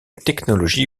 technologie